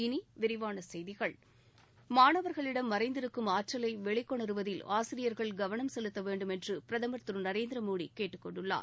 இனி விரிவான செய்திகள் மாணவர்களிடம் மறைந்திருக்கும் ஆற்றலை வெளிக்கொணருவதில் ஆசிரியர்கள் கவனம் செலுத்த வேண்டும் என்று பிரதமர் திரு நரேந்திர மோடி கேட்டுக்கொண்டுள்ளார்